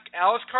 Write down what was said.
Alice